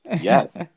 Yes